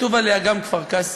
כתוב עליה גם "כפר-קאסם",